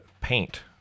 paint